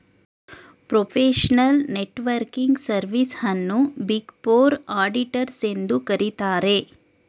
professional networking service ಅನ್ನು big four auditors ಎಂದು ಕರಿತರೆ